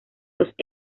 los